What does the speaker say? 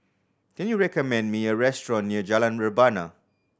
can you recommend me a restaurant near Jalan Rebana